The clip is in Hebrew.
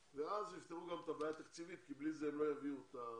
אז יפתרו גם את הבעיה התקציבית כי בלי זה הם לא יביאו הצו,